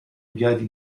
inviati